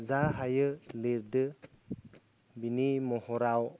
जा हायो लिरदों बिनि महराव